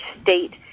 state